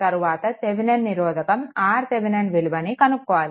తరువాత థెవెనిన్ నిరోధకం RThevenin విలువను కనుక్కోవాలి